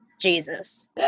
Jesus